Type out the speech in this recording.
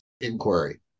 inquiry